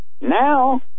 Now